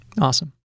Awesome